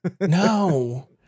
No